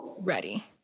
ready